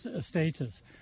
status